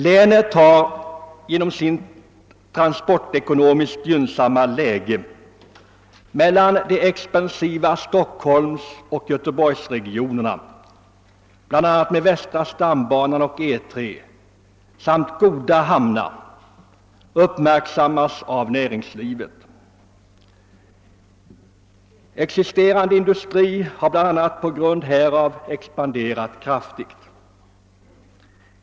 Länet har på grund av sitt transportekonomiskt gynnsamma läge mellan de expansiva Stockholmsoch Göteborgsregionerna, med bl.a. västra stambanan, E 3 och goda hamnar, uppmärksammats av näringslivet. Existerande industri har bl.a. på grund härav expanderat kraftigt.